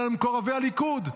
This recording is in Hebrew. אלא למקורבי הליכוד,